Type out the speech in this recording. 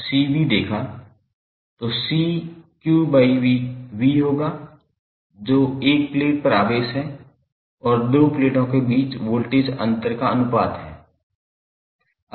तो C q by V होगा जो 1 प्लेट पर आवेश और दो प्लेटों के बीच वोल्टेज अंतर का अनुपात है